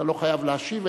אתה לא חייב להשיב,